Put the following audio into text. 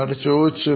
എന്നിട്ട് ചോദിച്ചു